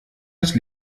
das